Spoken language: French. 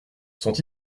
sont